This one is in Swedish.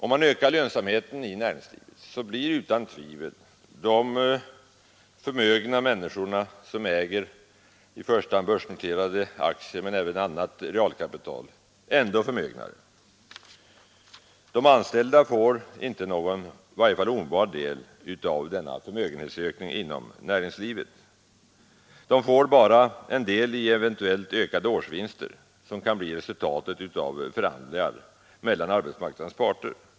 Om man ökar lönsamheten i näringslivet, blir utan tvivel de förmögna människorna, de som äger i första hand aktier men även annat realkapital, ännu förmögnare. De anställda får i varje fall inte någon omedelbar del av denna förmögenhetsökning inom näringslivet. De får bara en del i eventuellt ökade årsvinster, som kan bli resultatet av förhandlingar mellan arbetsmarknadens parter.